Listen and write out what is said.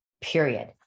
period